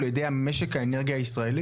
ע"י המשק האנרגיה הישראלי?